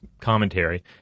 commentary